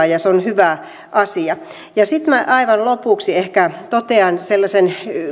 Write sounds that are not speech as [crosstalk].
[unintelligible] ja se on hyvä asia sitten minä aivan lopuksi ehkä totean sellaisen